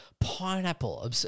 pineapple